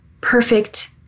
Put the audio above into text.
perfect